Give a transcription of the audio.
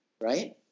right